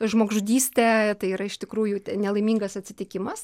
žmogžudystė tai yra iš tikrųjų nelaimingas atsitikimas